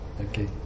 Okay